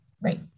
right